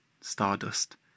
stardust